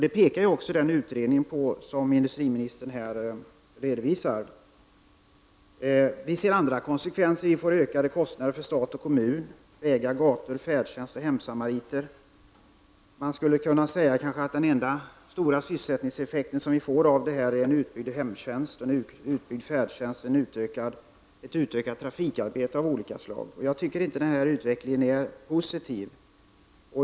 Det pekar också den utredning på som industriministern redovisar här. Vi ser också andra konsekvenser. Stat och kommun får ökade kostnader — det gäller vägar, gator, färdtjänst och hemsamariter. Man skulle kunna säga att den enda stora sysselsättningseffekt vi får är en utbyggd hemtjänst, en utbyggd färdtjänst och utökat trafikarbete av olika slag. Jag tycker inte att den här utvecklingen är positiv.